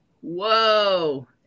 Whoa